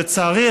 לצערי,